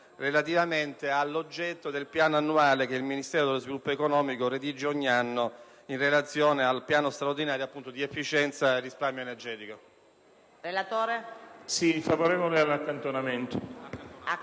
riferita all'oggetto del piano che il Ministero dello sviluppo economico redige ogni anno in relazione al piano straordinario per l'efficienza e il risparmio energetico.